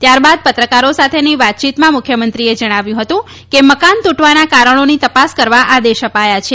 ત્યારબાદ પત્રકારો સાથેની વાતચીતમાં મુખ્યમંત્રીએ જણાવ્યું હતું કે મકાન તૂટવાના કારણોની તપાસ કરવા આદેશ અપાયા છે